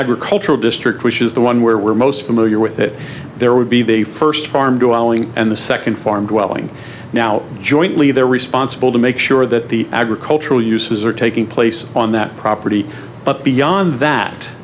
agricultural district which is the one where we're most familiar with that there would be the first farm and the second farm dwelling now jointly they're responsible to make sure that the agricultural uses are taking place on that property but beyond that